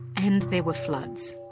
and there were floods.